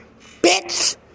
Bitch